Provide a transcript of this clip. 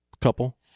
couple